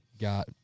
got